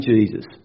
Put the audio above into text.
Jesus